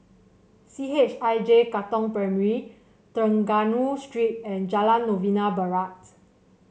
C H I J Katong Primary Trengganu Street and Jalan Novena Barat